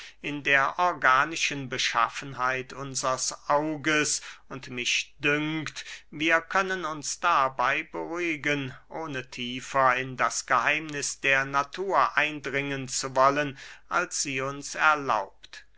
in der organischen beschaffenheit unsers auges und mich dünkt wir können uns dabey beruhigen ohne tiefer in das geheimniß der natur eindringen zu wollen als sie uns erlaubt